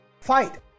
fight